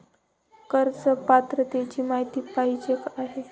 कर्ज पात्रतेची माहिती पाहिजे आहे?